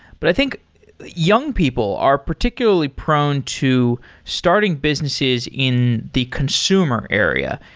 but i think young people are particularly prone to starting businesses in the consumer area.